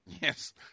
Yes